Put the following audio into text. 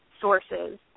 sources